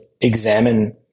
examine